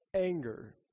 anger